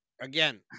again